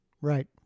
Right